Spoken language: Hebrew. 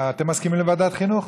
אתם מסכימים לוועדת החינוך?